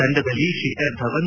ತಂಡದಲ್ಲಿ ತಿಖರ್ಧವನ್